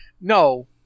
No